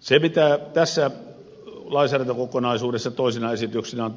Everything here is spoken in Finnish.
se mikä tässä lainsäädäntökokonaisuudessa on toisena esityksenä